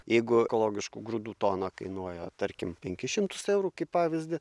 jeigu ekologiškų grūdų tona kainuoja tarkim penkis šimtus eurų kaip pavyzdį